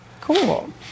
Cool